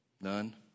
None